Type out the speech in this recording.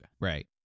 right